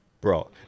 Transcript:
bro